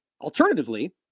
Alternatively